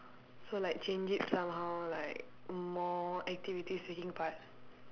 so like change it somehow like more activity seeking part